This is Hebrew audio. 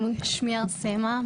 שמי ארסמה,